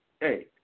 Hey